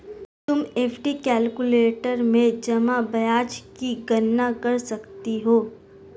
तुम FD calculator में जमा ब्याज की गणना कर सकती हो